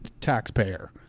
taxpayer